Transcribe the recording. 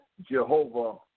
Jehovah